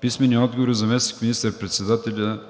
Пламен Абровски; - заместник министър-председателя